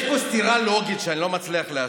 כאן סתירה לוגית שאני לא מצליח להסביר,